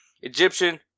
Egyptian